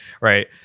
right